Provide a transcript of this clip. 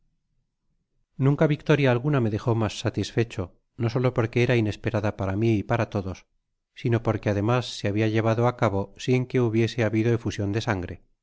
nunca victoria alguna me dejó n as satisfecho no solo porque era inesperada para mi y para todos sino porque además se habia llevado á cabo sin que hubiese habido efusion de sangre